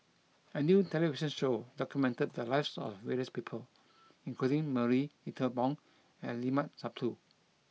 a new television show documented the lives of various people including Marie Ethel Bong and Limat Sabtu